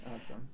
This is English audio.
Awesome